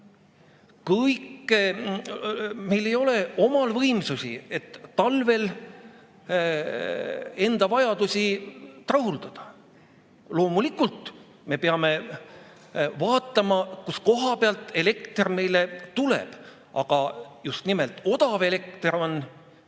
meil ei ole omal võimsusi, et talvel enda vajadusi rahuldada. Loomulikult me peame vaatama, kust kohast elekter meile tuleb, aga just nimelt odav elekter on